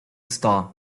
star